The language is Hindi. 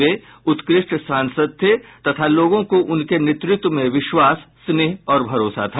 वे उत्कृष्ट सांसद थे तथा लोगों को उनके नेतृत्व में विश्वास स्नेह और भरोसा था